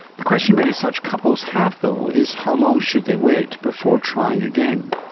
the question many such couples have though is how long should they wait before trying again.